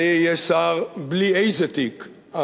אני אהיה שר בלי איזה תיק,